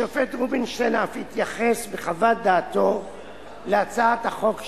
השופט רובינשטיין אף התייחס בחוות דעתו להצעת החוק שבפנינו.